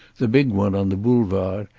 the big one on the boulevard,